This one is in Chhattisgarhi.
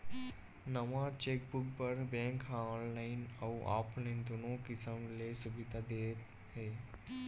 नवा चेकबूक बर बेंक ह ऑनलाईन अउ ऑफलाईन दुनो किसम ले सुबिधा दे हे